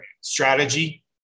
strategy